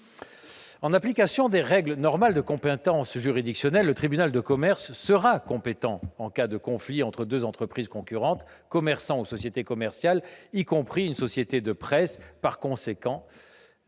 En application des règles normales de compétence juridictionnelle, le tribunal de commerce sera compétent en cas de conflit entre deux entreprises concurrentes- commerçants ou sociétés commerciales, y compris sociétés de presse. C'est